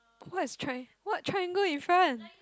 what is tri~ what triangle in front